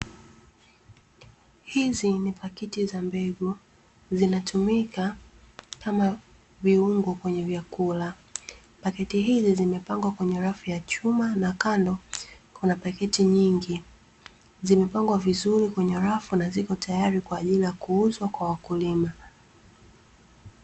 Hizi ni pakiti za mbegu zinatumika kama viungo kwenye vyakula, paketi hizi zimepangwa kwenye rafu ya chuma na kando kuna pakiti nyingi zimepangwa vizuri kwenye rafu na zipo tayari kwa ajili ya kuuzwa kwa wakulima.